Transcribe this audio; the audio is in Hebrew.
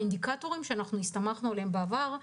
האינדיקטורים שהסתמכנו עליהם בעבר,